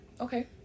Okay